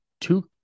two